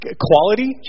quality